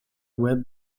web